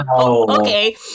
okay